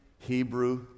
Hebrew